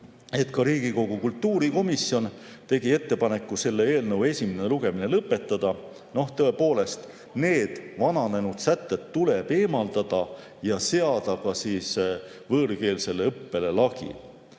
et ka Riigikogu kultuurikomisjon tegi ettepaneku selle eelnõu esimene lugemine lõpetada. Tõepoolest, need vananenud sätted tuleb eemaldada ja seada ka võõrkeelsele õppele lagi.